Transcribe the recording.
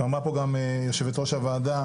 ואמרה פה גם יושבת ראש הוועדה,